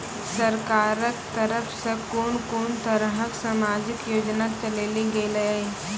सरकारक तरफ सॅ कून कून तरहक समाजिक योजना चलेली गेलै ये?